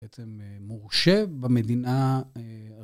בעצם, מורשה במדינה אה...